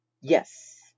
Yes